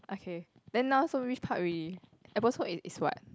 okay then now so which part already episode i~ is what